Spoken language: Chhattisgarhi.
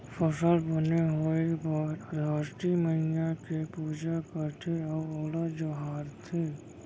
फसल बने होए बर धरती मईया के पूजा करथे अउ ओला जोहारथे